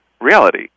reality